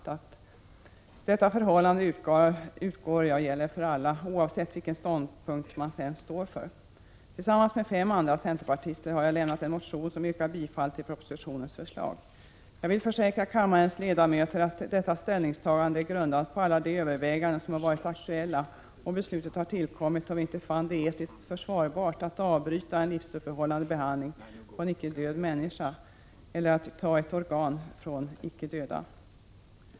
Jag utgår från att detta förhållande gäller för alla oavsett vilken ståndpunkt man sedan intar. Tillsammans med fem andra centerpartister har jag väckt en motion som biträder propositionen. Jag vill försäkra kammarens ledamöter att detta ställningstagande är grundat på alla de överväganden som har varit aktuella, och beslutet har tillkommit då vi inte fann det etiskt försvarbart att avbryta en livsuppehållande behandling på en icke död människa eller att ta ett organ från en icke död.